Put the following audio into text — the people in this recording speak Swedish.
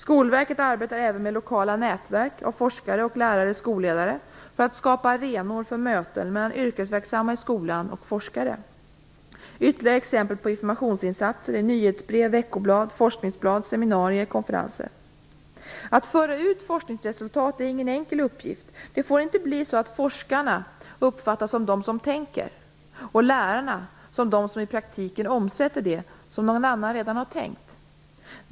Skolverket arbetar även med lokala nätverk av forskare och lärare/skolledare för att skapa arenor för möten mellan yrkesverksamma i skolan och forskare. Ytterligare exempel på informationsinsatser är nyhetsbrev, veckoblad, forskningsblad, seminarier och konferenser. Att föra ut forskningsresultat är ingen enkel uppgift. Det får inte bli så att forskarna uppfattas som de som tänker och lärarna som de som i praktiken omsätter det som någon annan redan har tänkt.